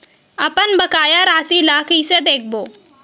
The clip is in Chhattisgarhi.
अपन बकाया राशि ला कइसे देखबो?